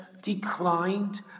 declined